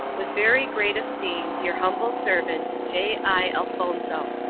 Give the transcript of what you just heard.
with very great esteem, your humble servant, j. i. elfonzo.